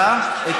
גם פרשת השבוע.